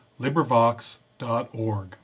LibriVox.org